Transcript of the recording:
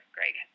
Greg